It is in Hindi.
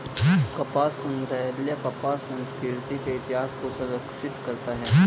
कपास संग्रहालय कपास संस्कृति के इतिहास को संरक्षित करता है